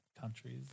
Countries